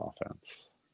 offense